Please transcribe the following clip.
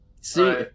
See